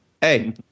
hey